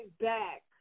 back